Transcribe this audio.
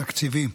התקציבי.